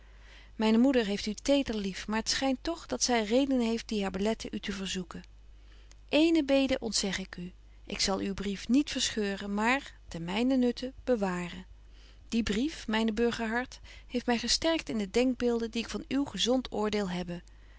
myne moeder heeft u teder lief maar t schynt toch dat zy redenen heeft die haar beletten u te verzoeken eéne bede ontzeg ik u ik zal uw brief niet verscheuren maar ten mynen nutte bewaren die brief myne burgerhart heeft my gesterkt in de denkbeelden die ik van uw gezont oordeel hebbe